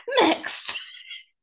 next